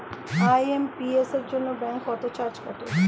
IMPS এর জন্য bank কত চার্জ কাটে?